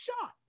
shot